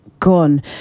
gone